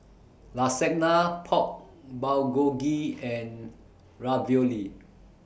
Lasagna Pork Bulgogi and Ravioli